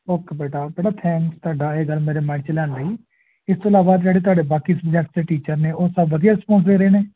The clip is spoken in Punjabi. ਓਕੇ ਬੇਟਾ ਬੇਟਾ ਥੈਂਕਸ ਤੁਹਾਡਾ ਇਹ ਗੱਲ ਮੇਰੇ ਮਾਈਂਡ 'ਚ ਲਿਆਉਣ ਲਈ ਇਸ ਤੋਂ ਇਲਾਵਾ ਜਿਹੜੇ ਤੁਹਾਡੇ ਬਾਕੀ ਸਬਜੈਕਟ ਦੇ ਟੀਚਰ ਨੇ ਉਹ ਸਭ ਵਧੀਆ ਰਿਸਪੋਂਸ ਦੇ ਰਹੇ ਨੇ